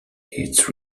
its